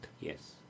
Yes